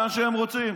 לאן שהם רוצים.